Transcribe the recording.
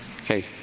Okay